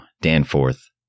Danforth